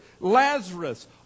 Lazarus